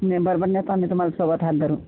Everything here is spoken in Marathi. नाही बरोबर नेतो आम्ही तुम्हाला सोबत हात धरून